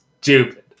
stupid